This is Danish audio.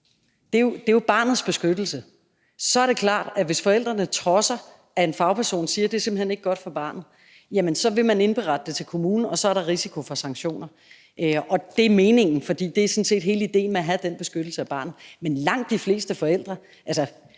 hensyn til barnets beskyttelse – og hvis forældrene trodser, at en fagperson siger, at det simpelt hen ikke er godt for barnet, så vil man indberette det til kommunen, og så er der risiko for sanktioner. Det er meningen, fordi det sådan set er hele idéen med at have den beskyttelse af barnet. Nogle steder